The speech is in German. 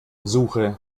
suche